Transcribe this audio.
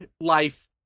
life